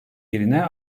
yerine